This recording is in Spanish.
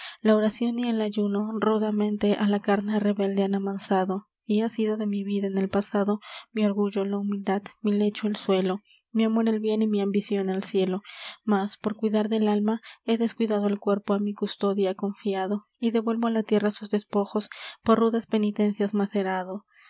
la oracion y el ayuno rudamente á la carne rebelde han amansado y ha sido de mi vida en el pasado mi orgullo la humildad mi lecho el suelo mi amor el bien y mi ambicion el cielo mas por cuidar del alma he descuidado el cuerpo á mi custodia confiado y devuelvo á la tierra sus despojos por rudas penitencias macerado